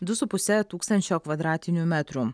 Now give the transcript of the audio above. du su puse tūkstančio kvadratinių metrų